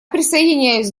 присоединяюсь